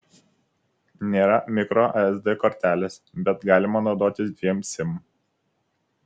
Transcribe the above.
nėra mikro sd kortelės bet galima naudotis dviem sim